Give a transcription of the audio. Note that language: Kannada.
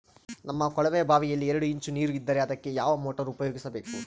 ನಮ್ಮ ಕೊಳವೆಬಾವಿಯಲ್ಲಿ ಎರಡು ಇಂಚು ನೇರು ಇದ್ದರೆ ಅದಕ್ಕೆ ಯಾವ ಮೋಟಾರ್ ಉಪಯೋಗಿಸಬೇಕು?